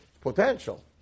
potential